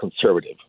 conservative